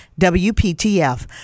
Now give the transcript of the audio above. WPTF